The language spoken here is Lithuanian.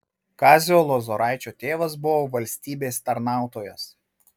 kazio lozoraičio tėvas buvo valstybės tarnautojas